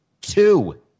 Two